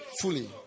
Fully